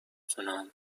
تونم